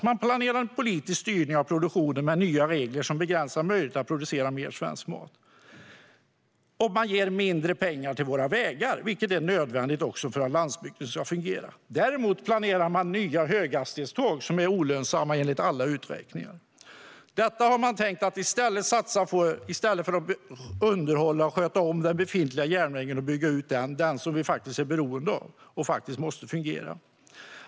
Man planerar politisk styrning av produktionen med nya regler som begränsar möjligheterna att producera mer svensk mat. Man ger mindre pengar till våra vägar, som är nödvändiga för att landsbygden ska fungera. Däremot planerar man nya höghastighetståg, som enligt alla uträkningar är olönsamma. Detta tänker man satsa på i stället för att underhålla och sköta om den befintliga järnvägen och bygga ut den - den som vi är beroende av och som måste fungera.